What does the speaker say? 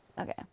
Okay